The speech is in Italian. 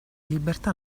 libertà